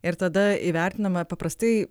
ir tada įvertinama paprastai